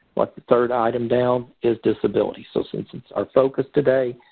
like the third item down, is disability. so since it's our focus today,